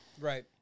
Right